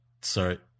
sorry